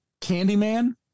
Candyman